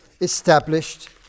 established